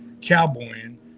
cowboying